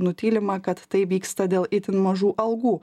nutylima kad tai vyksta dėl itin mažų algų